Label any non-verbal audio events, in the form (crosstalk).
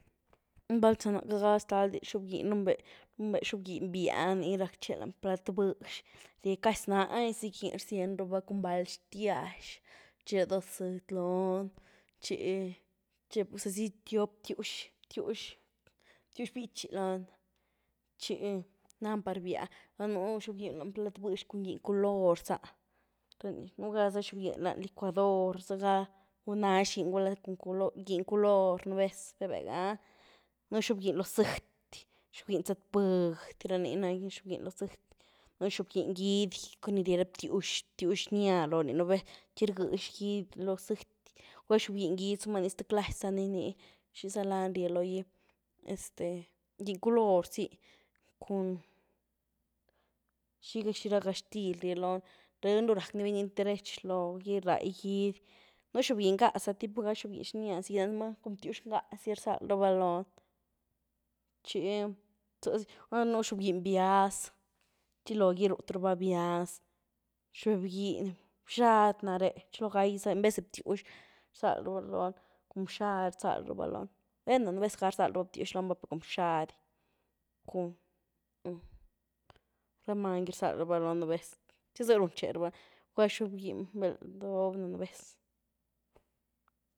Val za ná queity gá ztal dy xob-giny riunbé, riunbé xob-giny býah nii raktxé lany plat bëxy, ni casi nax zy giny rziend rabá cun vald xtiax, txe dó sëdy looni txé, txe zazy tiop btiwx, btiwx, btiwx bítxy lony txi nani par býa, gulá nú xob-giny lany plat bëxy cun giny color azá ra ni, nú gazá xob-giny lany licuador, zygá nax giny, gulá giny color, nu’ vez, véh-véh gá, nú xob-giny ló zëty, xob-giny zëtbudy, ra ni na xob-giny lo zëty, nú xob-giny giidy, cun ni rie ra btiwx, btiwx xnya loony, nú vez, txy rgx giy lo zëty, gulá xob-giny gidy, zomën nii ztë clazy za ni ní, ¿xini za lani rye lo’gy?, este giny color zy, cun xigazy xi’rá getxtyl rye lony, rëeny rú rack ni, bëyni derech loogi rai gudy, nú xob-giny ngá za tipo ga xob-giny xnya, zied’ ma cun btiwx ngá zy rzal raba lony txi zëzy, gulá nú xob-giny bíahz, txi logy rúth raba bíahz, xob-giny bxady naré, txi logaí seny en vez de btiwx rzal raba lony, bxady rzalraba lony, bueno, nú vez gá rzal rabá btiwx lo’ny va per cun bxady cun (hesitation) rá many gy rzal rava lony nú vez, txi zy runtxee raba val xob-giny béldob nah nú vez.